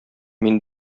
мин